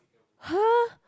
hah